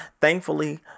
thankfully